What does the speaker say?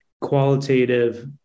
qualitative